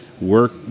work